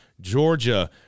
Georgia